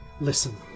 listen